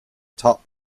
top